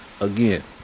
again